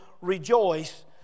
rejoice